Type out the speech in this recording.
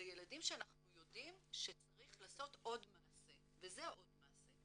אלה ילדים שאנחנו יודעים שצריך לעשות עוד מעשה וזה העוד מעשה,